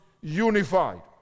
unified